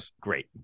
great